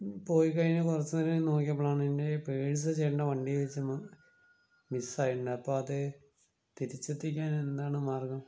പോയി കഴിഞ്ഞ് കുറച്ച് നേരായി നോക്കിയപ്പോഴാണ് എൻ്റെ പേഴ്സ് ചേട്ടൻറ്റെ വണ്ടീല് വെച്ചൊന്ന് മിസ്സായിട്ടുണ്ട് അപ്പോൾ അത് തിരിച്ചെത്തിക്കാൻ എന്താണ് മാർഗം